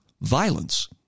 violence